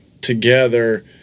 together